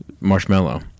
marshmallow